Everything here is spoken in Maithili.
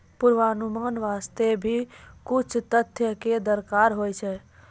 पुर्वानुमान वास्ते भी कुछ तथ्य कॅ दरकार होय छै